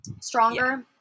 stronger